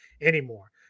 anymore